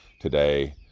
today